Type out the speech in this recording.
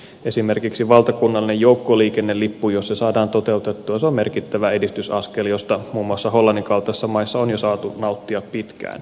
jos esimerkiksi valtakunnallinen joukkoliikennelippu saadaan toteutettua se on merkittävä edistysaskel josta muun muassa hollannin kaltaisissa maissa on saatu nauttia jo pitkään